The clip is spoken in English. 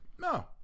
no